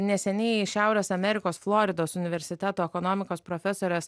neseniai šiaurės amerikos floridos universiteto ekonomikos profesorės